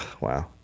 Wow